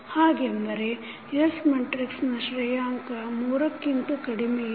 ಹಾಗಂದರೆ S ಮೆಟ್ರಿಕ್ಸನ ಶ್ರೇಯಾಂಕ 3 ಕ್ಕಿಂತ ಕಡಿಮೆ ಇದೆ